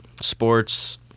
sports